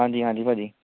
ਹਾਂਜੀ ਹਾਂਜੀ ਭਾਅ ਜੀ